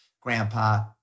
grandpa